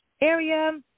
area